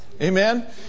Amen